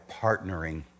partnering